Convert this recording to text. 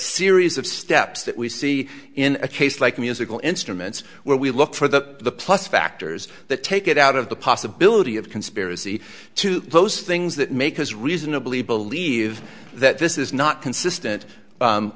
series of steps that we see in a case like musical instruments where we look for the plus factors that take it out of the possibility of conspiracy to those things that may cause reasonably believe that this is not consistent